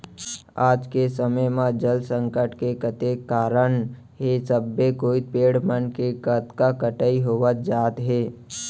आज के समे म जल संकट के कतेक कारन हे सबे कोइत पेड़ मन के कतका कटई होवत जात हे